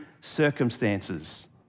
circumstances